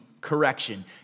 correction